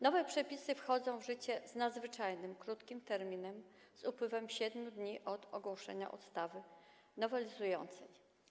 Nowe przepisy wchodzą w życie z nadzwyczajnym krótkim terminem - po upływie 7 dni od ogłoszenia ustawy nowelizującej.